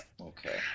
Okay